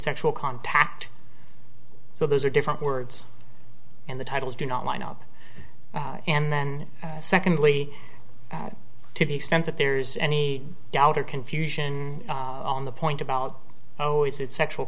sexual contact so those are different words and the titles do not line up and then secondly to the extent that there's any doubt or confusion on the point about oh is it sexual